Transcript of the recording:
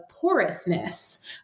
porousness